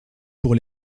pour